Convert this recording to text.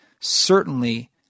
Certainly